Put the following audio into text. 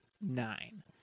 nine